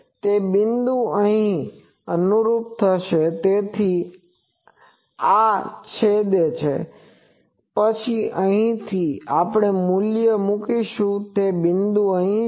તેથી આ બિંદુ અહીં અનુરૂપ થશે તેથી આ છેદે છે અને પછી અહીંથી આપણે મૂલ્ય મૂકશું અને તે બિંદુ અહીં છે